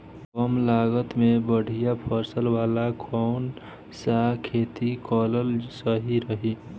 कमलागत मे बढ़िया फसल वाला कौन सा खेती करल सही रही?